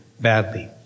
badly